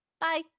bye